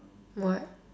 what